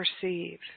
perceive